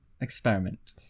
experiment